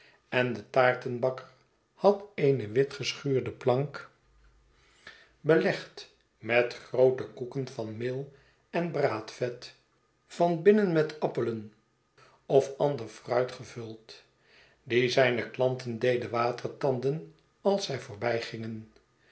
en de taartenbakker had eene witgeschuurde plank belegd met groote koeken van meel enbraadvet van birmen met appelen of ander fruit gevuld die zijne klanten deden watertanden als zij